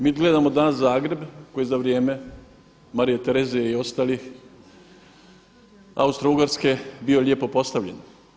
Mi gledamo danas Zagreb koji je za vrijeme Marije Terezije i ostalih Austrougarske bio lijepo postavljen.